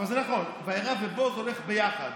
אבל זה נכון, וירא ובוא זה הולך ביחד.